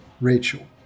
Rachel